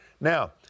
Now